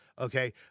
Okay